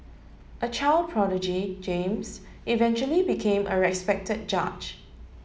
a child prodigy James eventually became a respected judge